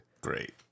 Great